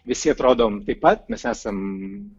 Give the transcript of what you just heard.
visi atrodom taip pat mes esam